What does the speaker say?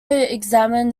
examined